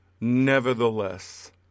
Nevertheless